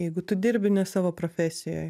jeigu tu dirbi ne savo profesijoj